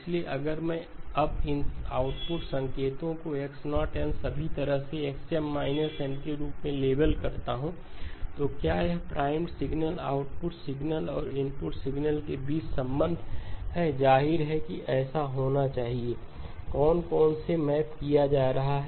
इसलिए अगर मैं अब इन आउटपुट संकेतों कोX0' n सभी तरह से XM 1 n के रूप में लेबल करता हूं तो क्या प्राइमड सिग्नल आउटपुट सिग्नल और इनपुट सिग्नल के बीच संबंध है जाहिर है कि ऐसा होना चाहिए कौन किस में मैप किया जा रहा है